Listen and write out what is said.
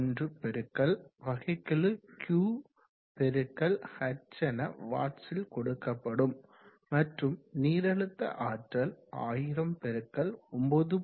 81 பெருக்கல் வகைக்கெழு Q பெருக்கல் h என வாட்ஸில் கொடுக்கப்படும் மற்றும் நீரழுத்த ஆற்றல் 1000 × 9